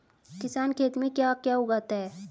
किसान खेत में क्या क्या उगाता है?